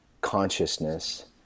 consciousness